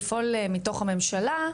לפעול מתוך הממשלה,